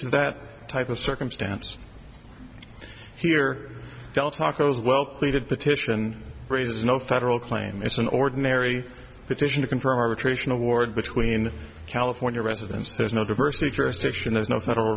to that type of circumstance here del taco as well pleated petition raises no federal claim it's an ordinary petition to confer arbitration award between california residents there's no diversity jurisdiction there's no federal